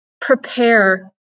prepare